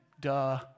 Duh